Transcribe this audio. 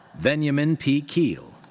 veniamin p. khil.